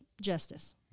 justice